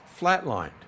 flatlined